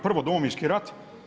Prvo Domovinski rat.